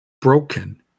broken